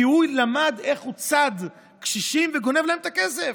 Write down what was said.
הוא למד איך הוא צד קשישים וגונב להם את הכסף.